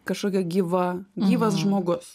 kažkokia gyva gyvas žmogus